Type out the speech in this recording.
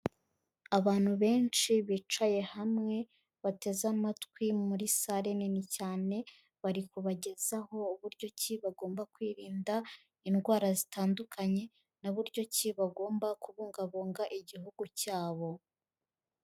Abantu benshi bicaye hamwe bateze amatwi muri salle nini cyane, bari kubagezaho uburyo ki bagomba kwirinda indwara zitandukanye na buryo ki bagomba kubungabunga igihugu cyabo.